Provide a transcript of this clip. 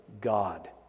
God